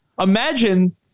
imagine